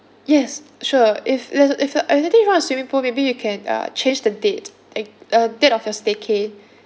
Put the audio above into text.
yes sure if swimming pool maybe you can uh change the date uh date of your staycay